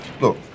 Look